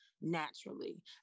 naturally